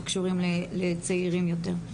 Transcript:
שקשורים לצעירים יותר.